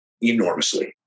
enormously